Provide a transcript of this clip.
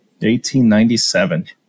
1897